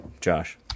Josh